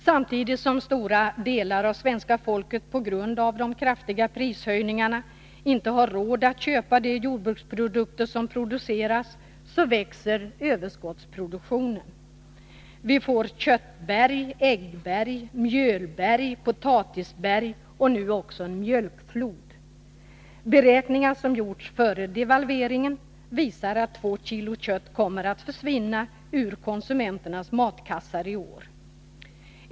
Samtidigt som stora delar av svenska folket på grund av de kraftiga prishöjningarna inte har råd att köpa de jordbruksprodukter som produceras växer överskottsproduktionen. Vi får köttberg, äggberg, mjölberg, potatisberg och nu också en mjölkflod. Beräkningar som gjorts före devalveringen visar att 2 kg kött kommer att försvinna ur konsumenternas matkassar i år.